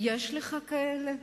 יש לך כאלה?